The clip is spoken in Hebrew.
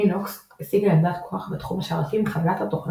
לינוקס השיגה עמדת כוח בתחום השרתים עם חבילת התוכנה